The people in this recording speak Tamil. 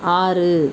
ஆறு